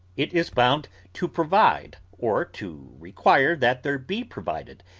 it is bound to provide, or to require that there be provided,